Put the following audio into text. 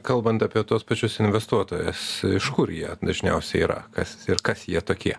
kalbant apie tuos pačius investuotojus iš kur jie dažniausiai yra kas ir kas jie tokie